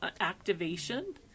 activation